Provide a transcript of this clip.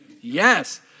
yes